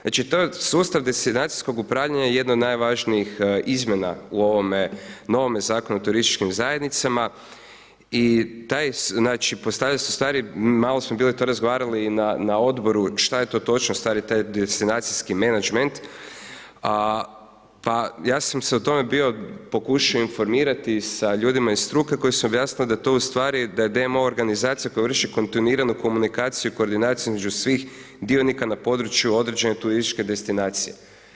Znači sustav destinacijskog upravljanja jedno je od najvažnijih izmjena u ovome novome Zakonu o turističkim zajednicama, i taj, znači, postavlja se stari, malo smo to bili razgovarali i na Odboru što je to točno ustvari taj destinacijski menadžment, pa ja sam se o tome, bio pokušao informirati sa ljudima iz struke koji su objasnili da je to ustvari, DMO organizacija koja vrši kontinuirano komunikaciju i koordinaciju između svih dionika na području određene turističke destinacije.